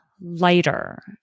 lighter